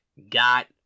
got